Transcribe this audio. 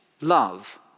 Love